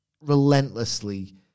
relentlessly